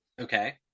Okay